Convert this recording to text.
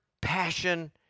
passion